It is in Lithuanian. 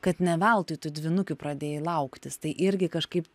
kad ne veltui tu dvynukių pradėjai lauktis tai irgi kažkaip